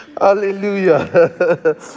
Hallelujah